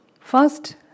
First